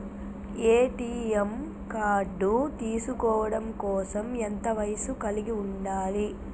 ATM card తీసుకోవడం కోసం ఎంత వయస్సు కలిగి ఉండాలి?